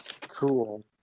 Cool